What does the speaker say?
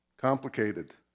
complicated